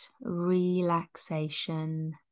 relaxation